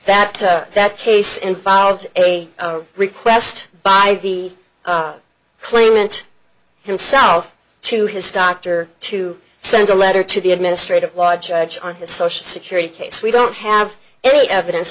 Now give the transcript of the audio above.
that that case involved a request by the claimant himself to his doctor to send a letter to the administrative law judge on his social security case we don't have any evidence